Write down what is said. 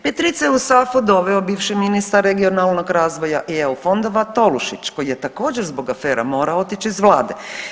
Pretica je u SAFU doveo bivši ministar regionalnog razvoja i eu fondova Tolušić koji je također zbog afere morao otići iz vlade.